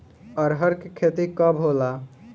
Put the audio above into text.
अरहर के खेती कब होला?